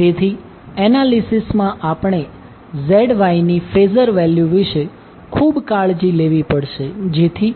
તેથી એનાલીસીસમાં આપણે ZYની ફેઝર વેલ્યુ વિશે ખૂબ કાળજી લેવી પડશે જેથી